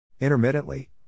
Intermittently